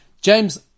James